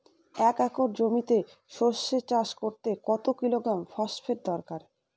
এক একর জমিতে সরষে চাষ করতে কত কিলোগ্রাম ফসফেট দরকার?